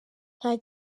nta